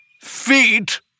feet